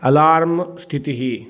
alarm स्थितिः